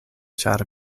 ĉar